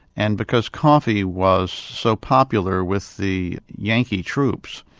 and because coffee was so popular with the yankee troops,